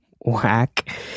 whack